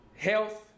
Health